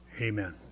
Amen